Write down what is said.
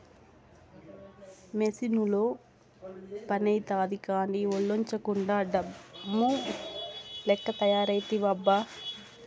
మెసీనుతో పనైతాది కానీ, ఒల్లోంచకుండా డమ్ము లెక్క తయారైతివబ్బా